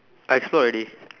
I explored already